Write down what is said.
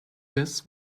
this